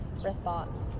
response